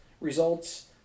results